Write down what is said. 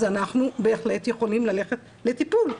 אז אנחנו בהחלט יכולים ללכת לטיפול.